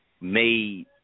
made